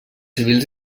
civils